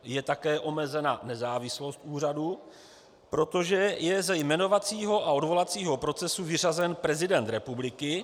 Je také omezena nezávislost úřadu, protože je ze jmenovacího a odvolacího procesu vyřazen prezident republiky.